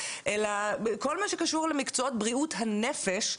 כל מה שקשור למקצועות בריאות הנפש.